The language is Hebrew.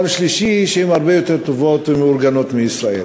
שלישי שהן הרבה יותר טובות ומאורגנות מישראל.